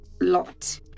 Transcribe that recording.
lot